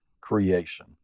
creation